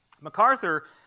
MacArthur